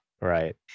Right